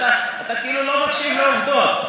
אתה כאילו לא מקשיב לעובדות.